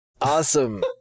Awesome